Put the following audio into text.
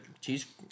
cheese